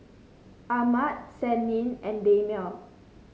Ahmad Senin and Damia